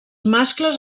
mascles